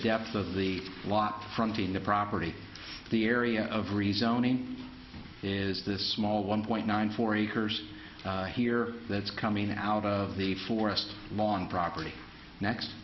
depth of the lot fronting the property the area of rezoning is this small one point nine four acres here that's coming out of the forest lawn property next